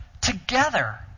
together